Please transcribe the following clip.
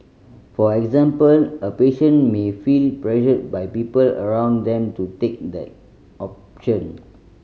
for example a patient may feel pressured by people around them to take the option